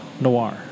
noir